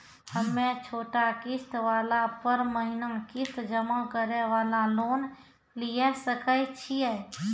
हम्मय छोटा किस्त वाला पर महीना किस्त जमा करे वाला लोन लिये सकय छियै?